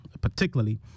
particularly